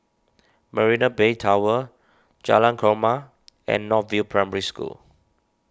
Marina Bay Tower Jalan Korma and North View Primary School